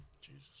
Jesus